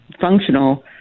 functional